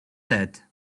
said